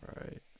right